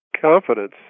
confidence